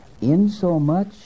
insomuch